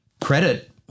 credit